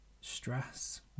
stress